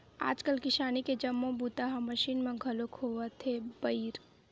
आजकाल किसानी के जम्मो बूता ह मसीन म घलोक होवत हे बइर